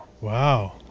Wow